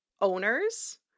owners